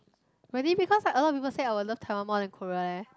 really because like a lot of people say that I will love Taiwan more than Korea leh